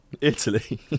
Italy